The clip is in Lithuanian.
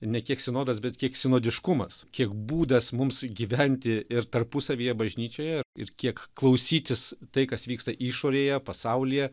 ne kiek sinodas bet kiek sinodiškumas kiek būdas mums gyventi ir tarpusavyje bažnyčioje ir kiek klausytis tai kas vyksta išorėje pasaulyje